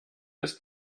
ist